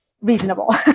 reasonable